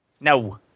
No